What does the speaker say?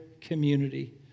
community